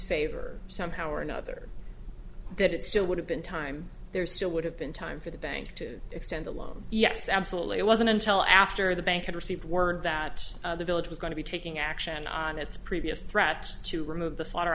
favor somehow or another that it still would have been time there still would have been time for the bank to extend a loan yes absolutely it wasn't until after the bank had received word that the village was going to be taking action on its previous threats to remove the